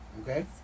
Okay